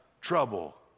trouble